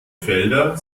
felder